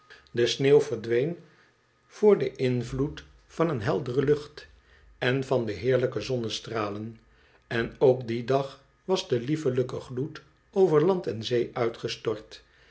de sneeuw verdween voor den invloed van een heldere lucht en van de heerlijke zonnestralen en ook dien dag was de liefelijke gloed over land en zee uitgestort